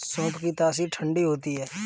सौंफ की तासीर ठंडी होती है